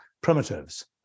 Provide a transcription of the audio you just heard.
primitives